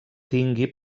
tingui